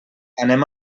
anem